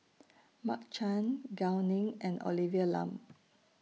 Mark Chan Gao Ning and Olivia Lum